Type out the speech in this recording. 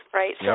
right